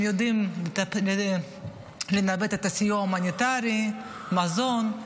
הם יודעים לנווט את הסיוע ההומניטרי, מזון.